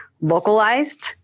localized